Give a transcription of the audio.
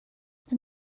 then